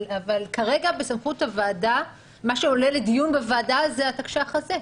אבל כרגע מה שעולה לדיון בוועדה זה התקש"ח הזה.